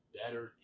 better